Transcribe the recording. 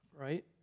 Right